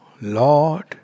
Lord